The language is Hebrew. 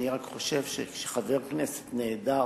אני רק חושב שכשחבר כנסת נעדר